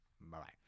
Bye-bye